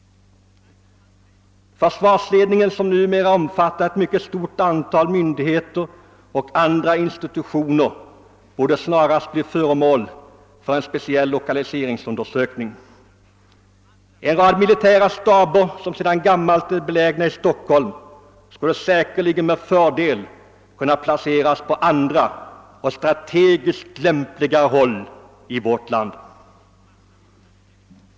Försvarsledningen, som numera omfattar ett mycket stort antal myndigheter och andra institutioner, borde snarast bli föremål för en speciell lokaliseringsundersökning. En rad militära staber som sedan gammalt är belägna i Stockholm skulle säkerligen med fördel kunna placeras i andra och strategiskt lämpligare delar av vårt land.